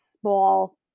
small